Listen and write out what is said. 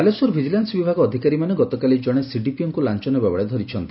ଲାଞ Balasore vigilance ବିଭାଗ ଅଧିକାରୀମାନେ ଗତକାଲି କଣେ ସିଡିପିଓଙ୍କୁ ଳାଅ ନେବାବେଳେ ଧରିଛନ୍ତି